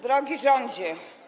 Drogi Rządzie!